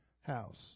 house